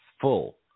full